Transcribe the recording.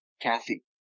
Kathy